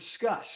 discuss